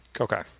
Okay